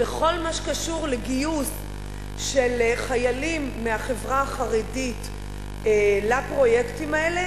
בעיקר בכל מה שקשור לגיוס של חיילים מהחברה החרדית לפרויקטים האלה,